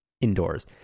indoors